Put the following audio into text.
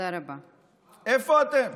איפה אתם?